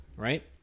Right